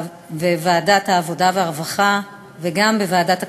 בוועדת העבודה והרווחה וגם בוועדת הכספים,